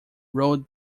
road